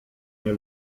nie